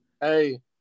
Hey